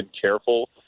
careful